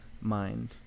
mind